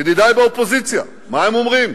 ידידי באופוזיציה, מה הם אומרים?